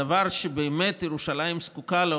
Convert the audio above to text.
הדבר שבאמת ירושלים זקוקה לו